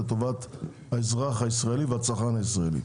לטובת האזרח הישראלי והצרכן הישראלי.